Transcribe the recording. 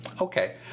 okay